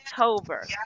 october